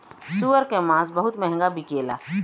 सूअर के मांस बहुत महंगा बिकेला